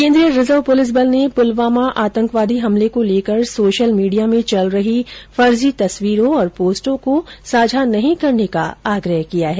केंद्रीय reserve police बल ने पुलवामा आतंकवादी हमले को लेकर सोशल मीडिया में चल रही फर्जी तस्वीरों और पोस्टों को साझा नहीं करने का आग्रह किया है